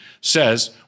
says